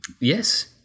Yes